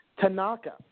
Tanaka